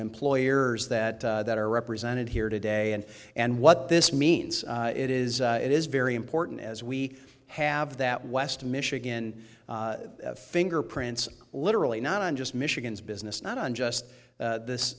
employers that are represented here today and and what this means it is it is very important as we have that west michigan fingerprints literally not on just michigan's business not on just this this